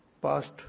past